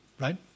right